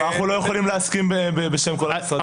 אנחנו לא יכולים להסכים בשם כל המשרדים.